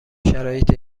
شرایط